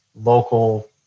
local